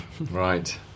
Right